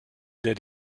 der